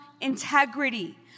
integrity